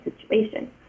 situation